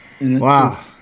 Wow